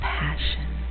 passion